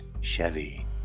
Chevy